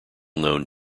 known